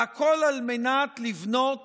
והכול על מנת לבנות